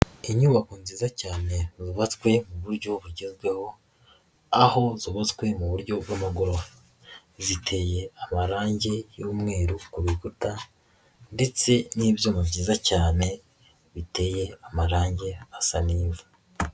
Inyubako nziza cyane zubabatswe mu buryo bugezweho, aho zubatswe mu buryo bw'amagorofa, ziteye amarange y'umweru ku bikuta ndetse n'ibyuma byiza cyane biteye amarange asa n'ivu.